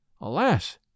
Alas